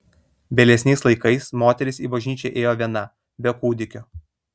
vėlesniais laikais moteris į bažnyčią ėjo viena be kūdikio